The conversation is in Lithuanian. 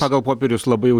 pagal popierius labai jau